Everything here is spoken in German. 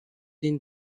den